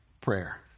prayer